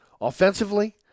Offensively